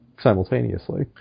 simultaneously